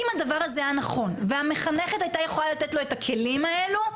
אם הדבר הזה היה נכון והמחנכת הייתה יכולה לתת לו את הכלים האלו,